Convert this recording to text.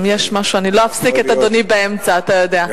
אני לא אפסיק את אדוני באמצע, אתה יודע.